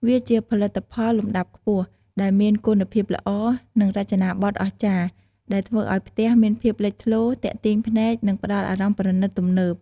វាជាផលិតផលលំដាប់ខ្ពស់ ដែលមានគុណភាពល្អ និងរចនាបថអស្ចារ្យ ដែលធ្វើឱ្យផ្ទះមានភាពលេចធ្លោ ទាក់ទាញភ្នែក និងផ្តល់អារម្មណ៍ប្រណិត ទំនើប ។